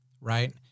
Right